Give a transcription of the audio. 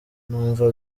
numva